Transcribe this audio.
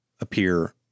appear